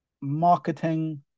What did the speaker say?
marketing